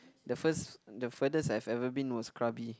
the first the furthest I've ever been was krabi